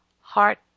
Heart